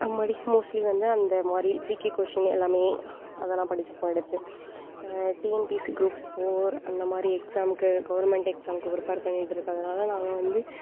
அம்மாடி மோஸ்ட்லி வந்து அந்த மாதிரி ஜிகே கொஷின் எல்லாமே அதெலாம் படிச்சுப்போம் எடுத்து டிஎன்பிஎஸ்சி க்ரூப் ஃபோர் அந்த மாதிரி எக்ஸாமுக்கு கவுர்மெண்ட் எக்ஸாமுக்கு ப்ரிப்பேர் பண்ணிகிட்டு இருக்கிறதுனால நாங்கள் வந்து